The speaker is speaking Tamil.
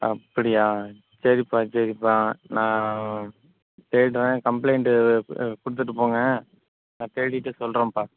அப்படியா சரிப்பா சரிப்பா நான் தேடுகிறேன் கம்ப்ளைண்ட்டு கொடுத்துட்டு போங்க நான் தேடிவிட்டு சொல்கிறேன்ப்பா